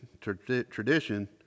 tradition